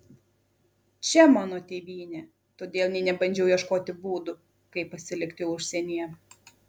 čia mano tėvynė todėl nė nebandžiau ieškoti būdų kaip pasilikti užsienyje